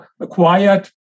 acquired